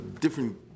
different